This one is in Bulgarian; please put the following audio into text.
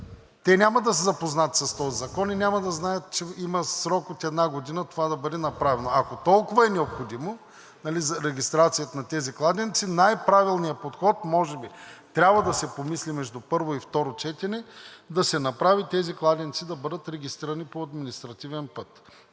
те няма да са запознати с този закон и няма да знаят, че има срок от една година това да бъде направено. Ако толкова е необходимо, най-правилният подход, може би трябва да се помисли между първо и второ четене – тези кладенци да бъдат регистрирани по административен път.